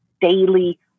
daily